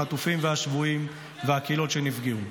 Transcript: החטופים והשבויים והקהילות שנפגעו.